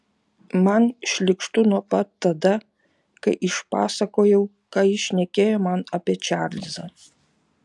man šlykštu nuo pat tada kai išpasakojau ką jis šnekėjo man apie čarlzą